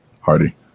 hardy